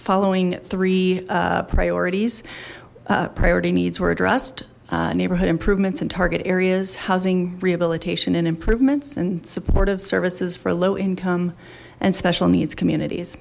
following three priorities priority needs were addressed neighborhood improvements in target areas housing rehabilitation and improvements and supportive services for low income and special needs communities